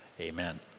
Amen